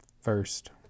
First